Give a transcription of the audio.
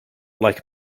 like